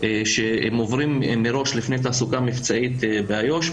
שהם עוברים מראש לפני תעסוקה מקצועית באיו"ש.